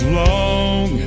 long